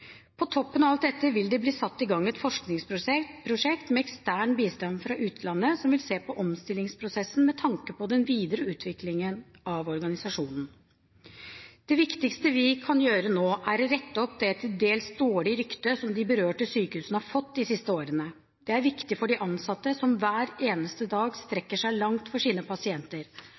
På toppen av alt dette vil det bli satt i gang et forskningsprosjekt med ekstern bistand fra utlandet som vil se på omstillingsprosessen med tanke på den videre utviklingen av organisasjonen. Det viktigste vi kan gjøre nå, er å rette opp det til dels dårlige ryktet som de berørte sykehusene har fått de siste årene. Det er viktig for de ansatte, som hver eneste dag strekker seg langt for sine pasienter,